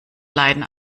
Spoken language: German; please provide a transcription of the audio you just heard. leiden